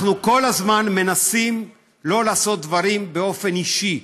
אנחנו כל הזמן מנסים לא לעשות דברים באופן אישי,